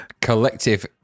collective